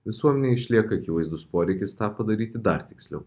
visuomenėj išlieka akivaizdus poreikis tą padaryti dar tiksliau